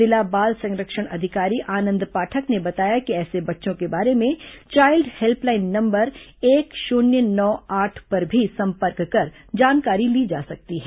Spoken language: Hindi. जिला बाल संरक्षण अधिकारी आनंद पाठक ने बताया कि ऐसे बच्चों के बारे में चाइल्ड हेल्पलाइन नंबर एक शून्य नौ आठ पर भी संपर्क कर जानकारी ली जा सकती है